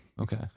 Okay